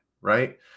Right